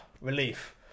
Relief